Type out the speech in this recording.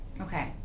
Okay